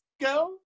go